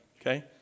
Okay